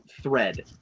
thread